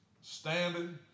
Standing